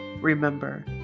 Remember